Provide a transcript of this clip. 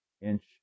inch